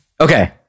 Okay